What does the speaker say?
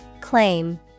Claim